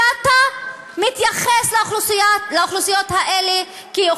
ואתה מתייחס לאוכלוסיות האלה כאל